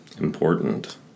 important